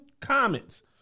comments